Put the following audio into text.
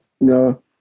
No